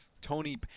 Tony